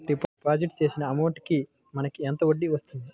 Deposit చేసిన amount కి మనకి ఎంత వడ్డీ వస్తుంది?